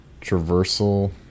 Traversal